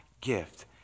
gift